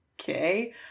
Okay